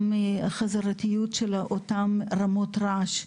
גם החזרתיות של אותן רמות רעש,